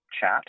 chat